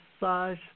massage